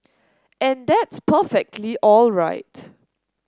and that's perfectly all right